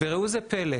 וגם ראייה היסטורית,